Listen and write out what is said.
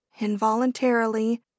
involuntarily